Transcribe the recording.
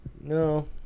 No